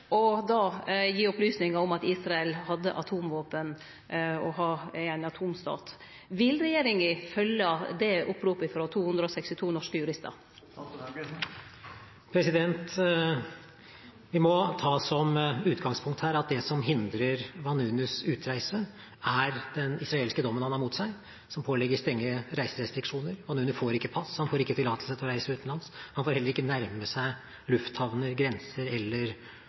gi opplysningar om at Israel hadde atomvåpen og er ein atomstat. Vil regjeringa følgje det oppropet frå dei 262 norske juristane? Vi må ta som utgangspunkt her at det som hindrer Vanunus utreise, er den israelske dommen han har mot seg, som pålegger strenge reiserestriksjoner. Vanunu får ikke pass, han får ikke tillatelse til å reise utenlands. Han får heller ikke nærme seg lufthavner, grenser eller